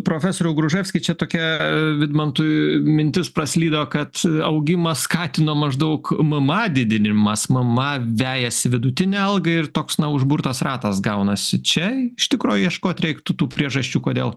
profesoriau gruževski čia tokia vidmantui mintis praslydo kad augimą skatino maždaug mma didinimas mma vejasi vidutinę algą ir toks užburtas ratas gaunasi čia iš tikro ieškot reiktų tų priežasčių kodėl